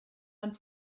man